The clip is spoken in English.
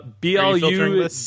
BLU